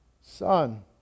Son